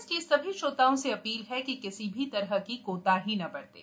इसलिए सभी श्रोताओं से अपील है कि किसी भी तरह की कोताही न बरतें